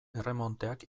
erremonteak